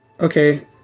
Okay